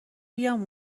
بیام